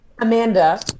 Amanda